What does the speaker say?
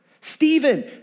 Stephen